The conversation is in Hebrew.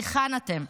היכן אתן?